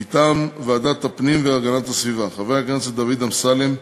מטעם ועדת הפנים והגנת הסביבה: חברי הכנסת דוד אמסלם,